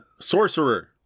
Sorcerer